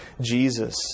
Jesus